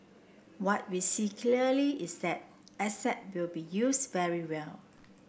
what we see clearly is that asset will be used very well